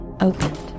opened